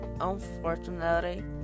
unfortunately